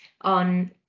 on